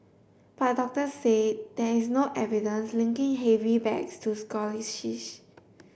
but doctors say there is no evidence linking heavy bags to scoliosis